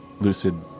Lucid